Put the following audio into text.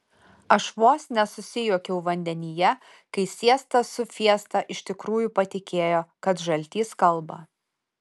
aš vos nesusijuokiau vandenyje kai siesta su fiesta iš tikrųjų patikėjo kad žaltys kalba